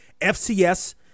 FCS